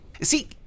See